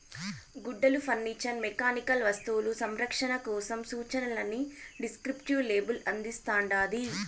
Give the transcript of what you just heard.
గుడ్డలు furniture mechanical వస్తువులు సంరక్షణ కోసం సూచనలని డిస్క్రిప్టివ్ లేబుల్ అందిస్తాండాది